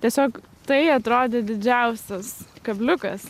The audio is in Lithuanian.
tiesiog tai atrodė didžiausias kabliukas